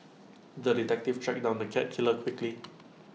the detective tracked down the cat killer quickly